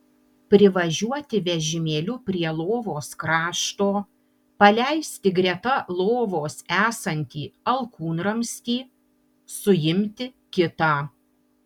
privažiuoti vežimėliu prie lovos krašto paleisti greta lovos esantį alkūnramstį suimti kitą